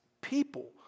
people